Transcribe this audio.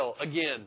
again